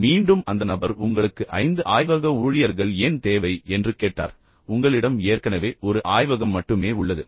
எனவே மீண்டும் அந்த நபர் உங்களுக்கு ஐந்து ஆய்வக ஊழியர்கள் ஏன் தேவை என்று கேட்டார் உங்களிடம் ஏற்கனவே ஒரு ஆய்வகம் மட்டுமே உள்ளது